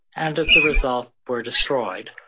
and as a result, were destroyed.